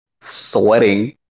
sweating